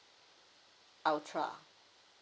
ultra